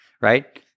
right